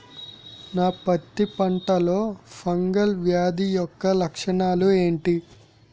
నా పత్తి పంటలో ఫంగల్ వ్యాధి యెక్క లక్షణాలు ఏంటి?